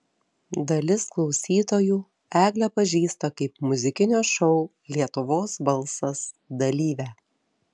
dalis klausytojų eglę pažįsta kaip muzikinio šou lietuvos balsas dalyvę